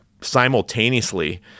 simultaneously